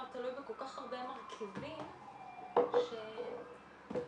תלויה בכל כך הרבה מרכיבים ש- -- אוקיי,